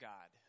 God